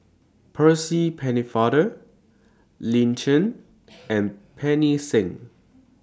Percy Pennefather Lin Chen and Pancy Seng